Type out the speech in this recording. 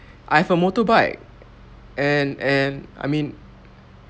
I have a motorbike and and I mean